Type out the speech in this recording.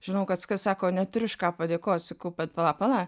žinau kad kas sako neturiu už ką padėkot sakau bet pala pala